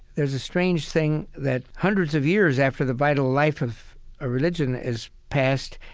there's a strange thing that hundreds of years after the vital life of a religion is past,